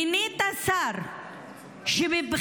מינית שר שמבחינתו,